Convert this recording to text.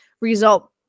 result